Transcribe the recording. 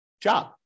job